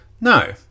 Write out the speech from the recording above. No